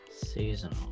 Seasonal